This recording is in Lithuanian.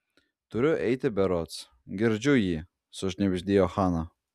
turiu eiti berods girdžiu jį sušnibždėjo hana